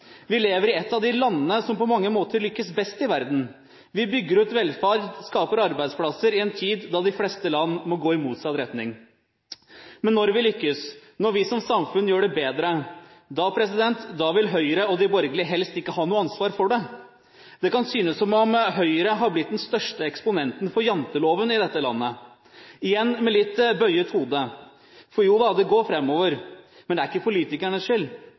Vi lever i et av de landene som på mange måter lykkes best i verden. Vi bygger ut velferd og skaper arbeidsplasser i en tid da de fleste land må gå i motsatt retning. Men når vi lykkes, når vi som samfunn gjør det bedre, da vil Høyre og de borgerlige helst ikke ha noe ansvar for det. Det kan synes som om Høyre har blitt den største eksponenten for janteloven i dette landet – igjen med litt bøyd hode. Jo da – det går framover, men det er ikke politikernes